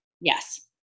Yes